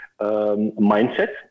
mindset